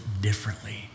differently